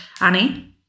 Annie